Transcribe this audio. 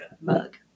mug